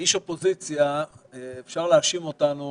כאיש אופוזיציה אפשר להאשים אותנו